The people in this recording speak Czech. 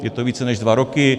Je to více než dva roky.